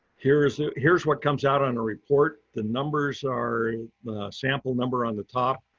here's, ah here's what comes out on a report, the numbers are the sample number on the top.